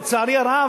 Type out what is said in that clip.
לצערי הרב,